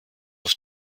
auf